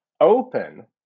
open